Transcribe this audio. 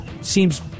Seems